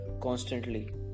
constantly